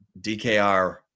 DKR